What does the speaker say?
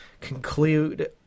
conclude